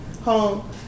home